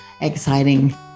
exciting